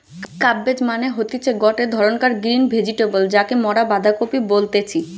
cabbage মানে হতিছে গটে ধরণকার গ্রিন ভেজিটেবল যাকে মরা বাঁধাকপি বলতেছি